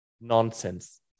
nonsense